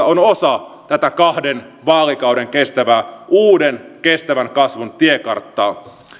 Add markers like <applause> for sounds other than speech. <unintelligible> on osa tätä kahden vaalikauden kestävää uuden kestävän kasvun tiekarttaa